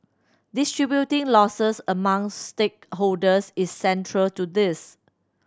distributing losses among stakeholders is central to this